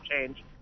change